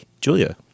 Julia